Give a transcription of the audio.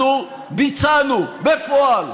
אנחנו ביצענו בפועל,